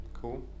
Cool